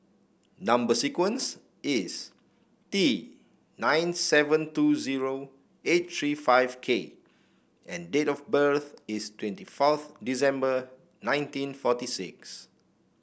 number sequence is T nine seven two zero eight three five K and date of birth is twenty fourth December nineteen forty six